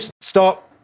stop